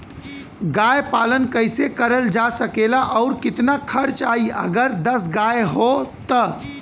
गाय पालन कइसे करल जा सकेला और कितना खर्च आई अगर दस गाय हो त?